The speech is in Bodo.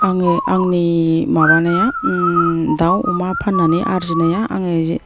आङो आंनि माबानाया दाउ अमा फान्नानै आरजिनाया आङो